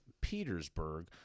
Petersburg